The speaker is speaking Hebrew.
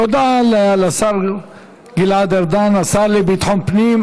תודה לשר גלעד ארדן, השר לביטחון פנים.